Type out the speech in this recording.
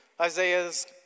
Isaiah's